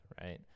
right